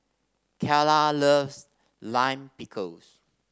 Keyla loves Lime Pickles